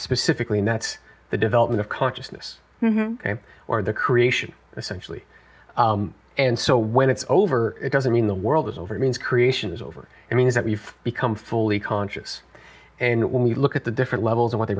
specifically next the development of consciousness and or the creation essential and so when it's over it doesn't mean the world is over means creation is over it means that we've become fully conscious and when we look at the different levels of what they